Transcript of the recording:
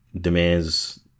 demands